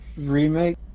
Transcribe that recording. remake